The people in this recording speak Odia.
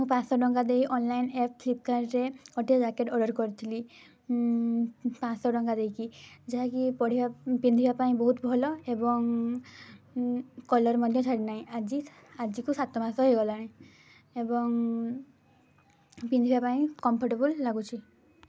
ମୁଁ ପାଞ୍ଚଶହ ଟଙ୍କା ଦେଇ ଅନଲାଇନ୍ ଆପ୍ ଫ୍ଲିପକାର୍ଟରେ ଗୋଟିଏ ଜ୍ୟାକେଟ୍ ଅର୍ଡ଼ର୍ କରିଥିଲି ପାଞ୍ଚଶହ ଟଙ୍କା ଦେଇକି ଯାହାକି ପିନ୍ଧିବା ପାଇଁ ବହୁତ ଭଲ ଏବଂ କଲର୍ ମଧ୍ୟ ଛାଡ଼ି ନାହିଁ ଆଜିକୁ ସାତ ମାସ ହୋଇଗଲାଣି ଏବଂ ପିନ୍ଧିବା ପାଇଁ କମ୍ଫର୍ଟେବଲ୍ ଲାଗୁଛି